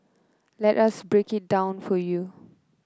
let us break it down for you